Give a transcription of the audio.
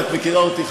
הרי את מכירה אותי,